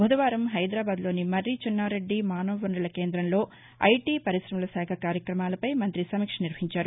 బుధవారం హైదరాబాద్ లోని మర్రి చెన్నారెడ్డి మానవ వనరుల కేంద్రంలో ఐటీ పరిశమలశాఖ కార్యక్రమాలపై మంతి సమీక్ష నిర్వహించారు